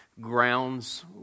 grounds